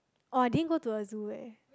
oh I didn't go to the zoo eh